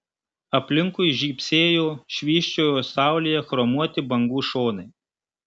aplinkui žybsėjo švysčiojo saulėje chromuoti bangų šonai